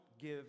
give